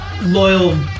loyal